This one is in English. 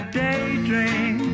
daydream